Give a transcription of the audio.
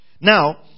Now